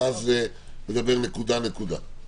ואז נדבר נקודה-נקודה.